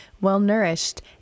well-nourished